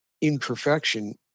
imperfection